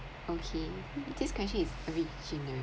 okay this question is originary